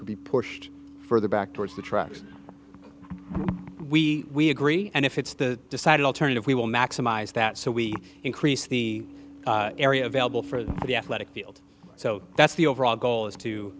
could be pushed further back towards the trucks we agree and if it's the decided alternative we will maximize that so we increase the area available for the athletic field so that's the overall goal is to